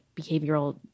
behavioral